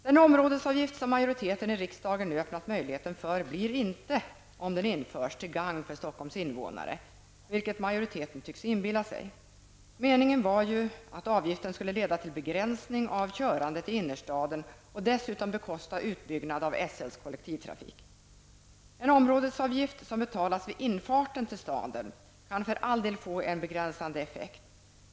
Den områdesavgift som majoriteten i riksdagen nu öppnat möjligheten för blir inte, om den införs, till gagn för Stockholms invånare, vilket majoriteten tycks inbilla sig. Meningen var ju att avgiften skulle leda till begränsning av körandet i innerstaden och dessutom bekosta utbyggnad av SLs kollektivtrafik. En områdesavgift som skall betalas vid infarten till staden kan för all del få en begränsande effekt.